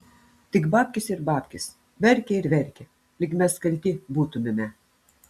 tik babkės ir babkės verkia ir verkia lyg mes kalti būtumėme